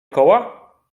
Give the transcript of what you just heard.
koła